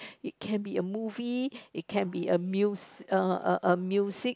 it can be a movie it can be a mus~ a a a music